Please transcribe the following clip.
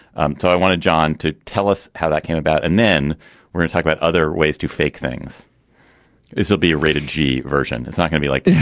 um i wanted john to tell us how that came about and then we can talk about other ways to fake things this will be rated g version. it's not gonna be like this